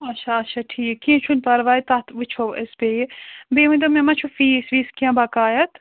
اَچھا اَچھا ٹھیٖک کیٚنٛہہ چھُنہٕ پَرواے تَتھ وُچھو أسۍ بیٚیہِ بیٚیہِ ؤنۍتَو مےٚ ما چھُ فیٖس ویٖس کیٚنٛہہ بقایا